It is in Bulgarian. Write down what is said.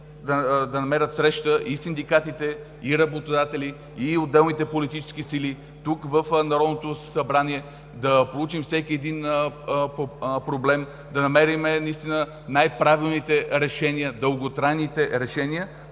да намерят среща и синдикатите, и работодатели, и отделните политически сили. Тук в Народното събрание да проучим всеки един проблем, да намерим най-правилните решения – дълготрайните решения.